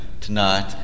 tonight